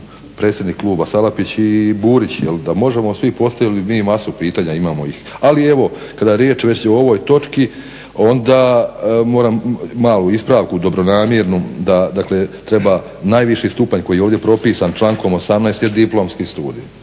predsjednik kluba Salapić i Burić jel'. Da možemo svi postavili bi mi masu pitanja, imamo ih. Ali evo kada je riječ već o ovoj točki onda moram malu ispravku, dobronamjernu, dakle treba najviši stupanj koji je ovdje propisan člankom 18. je diplomski studij